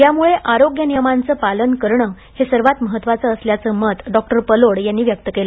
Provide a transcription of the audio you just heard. त्यामुळे आरोग्य नियमांचे पालन करणे हे सर्वात महत्त्वाचे असल्याचे मत डॉ पलोड यांनी व्यक्त केले